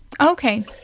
Okay